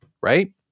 right